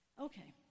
Okay